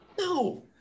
No